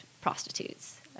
prostitutes